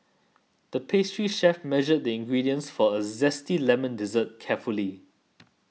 the pastry chef measured the ingredients for a Zesty Lemon Dessert carefully